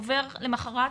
עובר למחרת